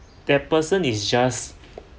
that person is just